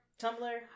Tumblr